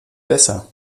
besser